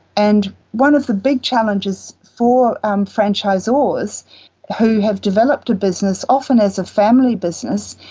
and one of the big challenges for um franchisors who have developed a business, often as a family business,